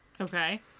Okay